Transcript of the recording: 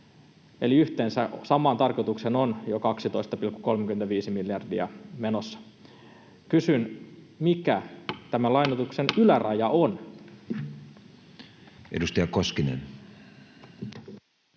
eli yhteensä samaan tarkoitukseen on jo 12,35 miljardia menossa. Kysyn: mikä tämän lainoituksen yläraja on? Edustaja Koskinen.